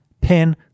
pin